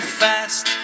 fast